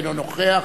אינו נוכח,